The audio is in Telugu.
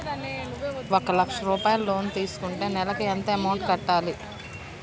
ఒక లక్ష రూపాయిలు లోన్ తీసుకుంటే నెలకి ఎంత అమౌంట్ కట్టాలి?